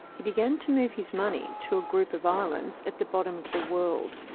he began to move his money to a group of islands at the bottom of the world,